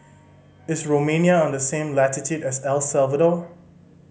is Romania on the same latitude as El Salvador